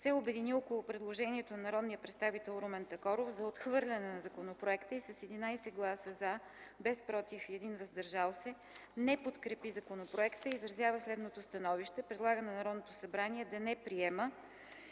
се обедини около предложението на народния представител Румен Такоров за отхвърляне на законопроекта и с 11 гласа „за”, без „против” и 1 „въздържал се” не подкрепи законопроекта и изразява следното становище: Предлага на Народното събрание да не приеме